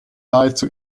nahezu